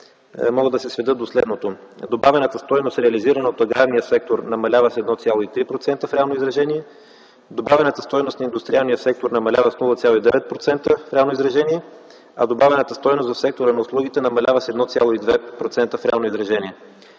могат да се сведат до следното: добавената стойност, реализирана от аграрния сектор, намалява с 1,3% в реално изражение, добавената стойност на индустриалния сектор намалява с 0,9% в реално изложение, а добавената стойност в сектора на услугите намалява с 1,2% в реално изражение.